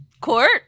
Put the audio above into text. court